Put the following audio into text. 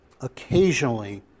occasionally